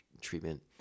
treatment